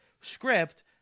script